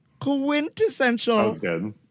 quintessential